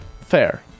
Fair